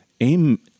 AIM